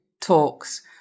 talks